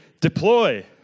deploy